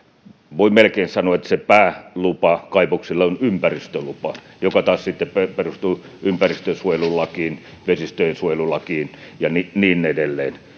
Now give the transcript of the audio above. voi melkein sanoa että päälupa kaivokselle on ympäristölupa joka taas sitten perustuu ympäristönsuojelulakiin vesistöjen suojelulakiin ja niin edelleen